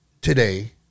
today